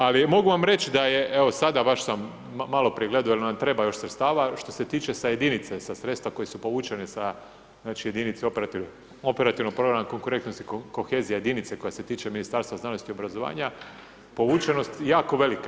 Ali, mogu vam reći da je evo sada baš sam maloprije gledao, jel nam treba još sredstava, što se tiče sa jedinice, sa sredstva koja su povučene sa jedinica operativnog programa konkurentnosti i kohezija, jedinica koja se tiče Ministarstva znanosti i obrazovanja, povučenost jako velika.